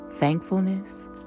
Thankfulness